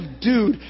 dude